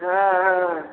हँ हँ